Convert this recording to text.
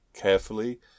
carefully